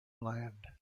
land